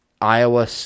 Iowa